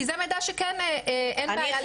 כי זה מידע שאין בעיה לתת אותו.